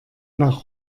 nach